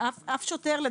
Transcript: אף שוטר לא ידע,